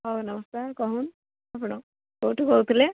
ହଉ ନମସ୍କାର କହନ୍ତୁ ଆପଣ କୋଉଠୁ କହୁ ଥିଲେ